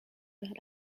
vers